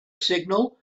signal